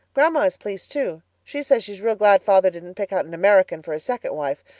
grandma is pleased, too. she says she's real glad father didn't pick out an american for his second wife,